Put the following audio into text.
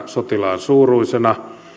sotilaan suuruisena